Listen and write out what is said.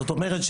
כלומר,